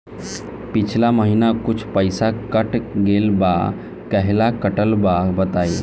पिछला महीना कुछ पइसा कट गेल बा कहेला कटल बा बताईं?